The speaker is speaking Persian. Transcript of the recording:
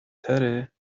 تره